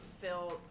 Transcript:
filled